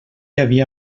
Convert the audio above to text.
havia